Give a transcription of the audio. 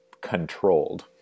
controlled